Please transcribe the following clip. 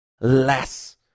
less